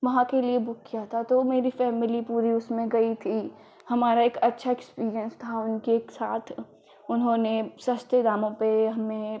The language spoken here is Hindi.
वहाँ के लिए बुक किया था तो मेरी फैमिली पूरी उसमें गई थी हमारा एक अच्छा एक्सपीरियंस था उनके साथ उन्होंने सस्ते दामों पर हमें पूरा र